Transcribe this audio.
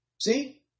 See